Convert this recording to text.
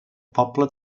poble